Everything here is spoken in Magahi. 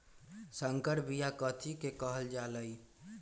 संकर बिया कथि के कहल जा लई?